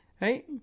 right